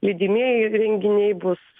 lydimieji renginiai bus